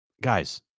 Guys